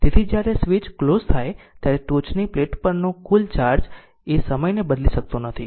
તેથી જ્યારે switch close થાય ત્યારે ટોચની પ્લેટો પરનો કુલ ચાર્જ એ સમયને બદલી શકતું નથી